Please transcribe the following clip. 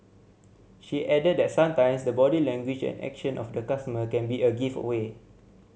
she added that sometimes the body language and action of the customer can be a giveaway